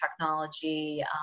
technology